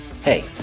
Hey